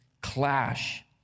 clash